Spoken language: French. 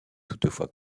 toutefois